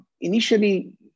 Initially